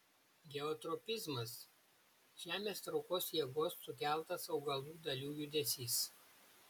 geotropizmas žemės traukos jėgos sukeltas augalų dalių judesys